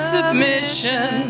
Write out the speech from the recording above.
submission